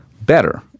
better